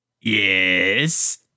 Yes